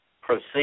Proceed